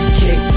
kick